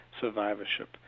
survivorship